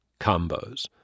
combos